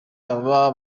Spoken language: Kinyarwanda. aba